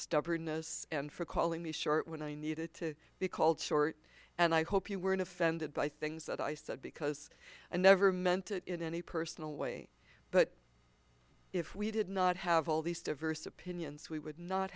stubbornness and for calling me short when i needed to be called short and i hope you weren't offended by things that i said because i never meant it in any personal way but if we did not have all these diverse opinions we would not